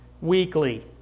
weekly